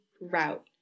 route